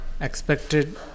expected